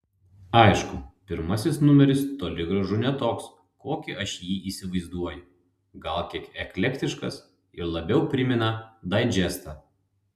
aišku pirmasis numeris toli gražu ne toks kokį aš jį įsivaizduoju gal kiek eklektiškas ir labiau primena daidžestą